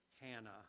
Hannah